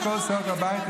מכל סיעות הבית,